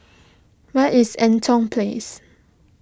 where is Eaton Place